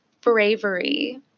bravery